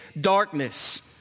darkness